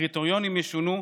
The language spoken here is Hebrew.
הקריטריונים ישונו,